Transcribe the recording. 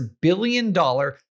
billion-dollar